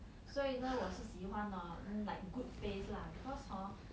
所以呢我是喜欢 hor like good face lah because hor